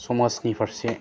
समाजनि फारसे